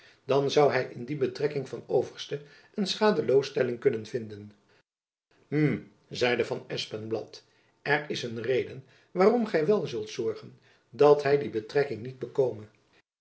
dan zoû hy in die betrekking van overste een schadeloosstelling kunnen vinden hm zeide van espenblad er is een reden waarom gy wel zult zorgen dat hy die betrekking niet bekome